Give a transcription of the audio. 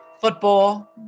football